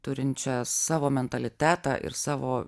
turinčią savo mentalitetą ir savo